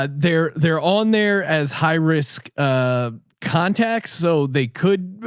ah they're, they're all in there as high risk ah contacts. so they could,